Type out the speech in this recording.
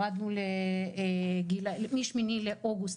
מ-8 באוגוסט,